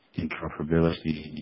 interoperability